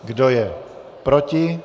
Kdo je proti?